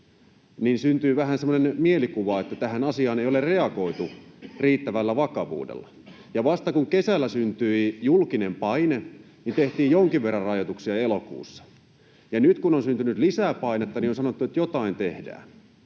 niin syntyy vähän semmoinen mielikuva, että tähän asiaan ei ole reagoitu riittävällä vakavuudella. Vasta kun kesällä syntyi julkinen paine, niin tehtiin jonkin verran rajoituksia elokuussa. Nyt kun on syntynyt lisää painetta, niin on sanottu, että jotain tehdään.